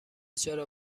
چرا